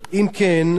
2. אם כן,